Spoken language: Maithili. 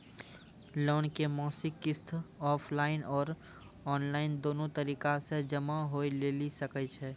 लोन के मासिक किस्त ऑफलाइन और ऑनलाइन दोनो तरीका से जमा होय लेली सकै छै?